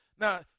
Now